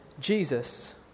Jesus